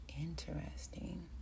Interesting